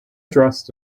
dressed